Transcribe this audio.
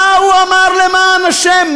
מה הוא אמר, למען השם?